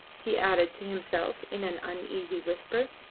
he added to himself in an uneasy whisper.